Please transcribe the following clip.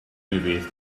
movies